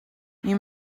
you